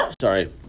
sorry